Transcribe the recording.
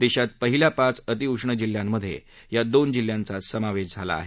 देशात पहिल्या पाच अतिउष्ण जिल्ह्यांमधे या दोन जिल्ह्यांचा समावेश झाला आहे